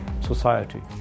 society